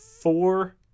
four